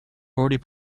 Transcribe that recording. already